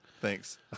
Thanks